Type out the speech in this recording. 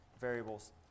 variables